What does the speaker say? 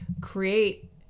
create